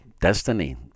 destiny